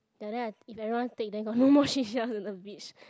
and then like if everyone take then got no more seashell on the beach